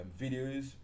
videos